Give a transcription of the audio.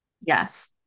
Yes